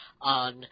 on